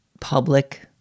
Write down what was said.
public